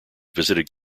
visited